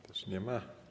Też nie ma.